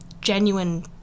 genuine